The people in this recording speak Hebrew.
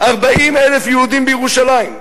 40,000 יהודים בירושלים,